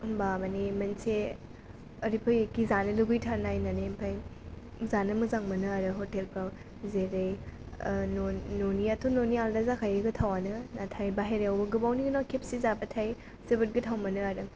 होमबा माने मोनसे ओरैफैयोखि जानो लुगैथारनाय होननानै ओमफ्राय जानो मोजां मोनो आरो हटेलफ्राव जेरै न'नि न'नियाथ' आलदा जाखायो गोथावानो नाथाय बाहेरावबो गोबावनि उनाव खेबसे जाबाथाय जोबोद गोथाव मोनो आरो